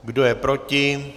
Kdo je proti?